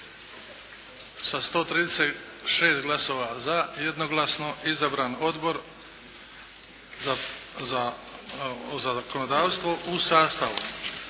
sa 136 glasova za jednoglasno izabran Odbor za zakonodavstvo u sastavu